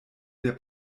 der